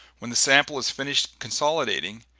when the sample is finished consolidating,